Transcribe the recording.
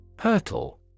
Hurtle